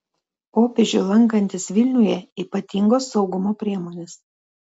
popiežiui lankantis vilniuje ypatingos saugumo priemonės